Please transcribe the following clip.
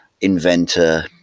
inventor